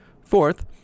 Fourth